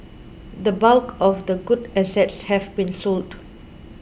the bulk of the good assets have been sold